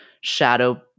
shadow